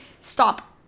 Stop